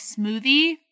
smoothie